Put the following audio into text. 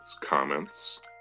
comments